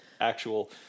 actual